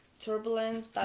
turbulent